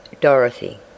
Dorothy